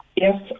Yes